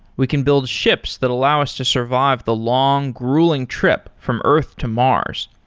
we can build ships that allow us to survive the long grueling trip from earth to mars.